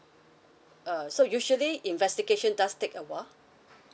uh so usually investigation does take a while